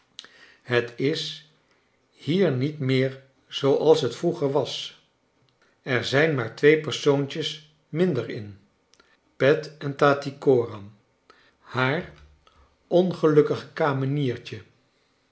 het is hier niet meer zooals het vroeger was er zijn maar twee persoontjes minder in pet en tattycoram haar ongelukkige